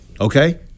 Okay